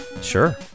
Sure